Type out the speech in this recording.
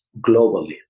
globally